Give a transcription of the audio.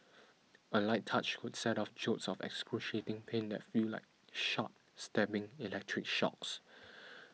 a light touch could set off jolts of excruciating pain that feel like sharp stabbing electric shocks